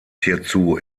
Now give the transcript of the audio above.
hierzu